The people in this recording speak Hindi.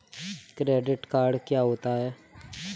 क्रेडिट कार्ड क्या होता है?